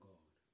God